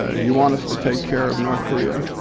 ah you want us to take care of north korea,